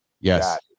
Yes